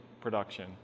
production